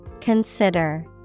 Consider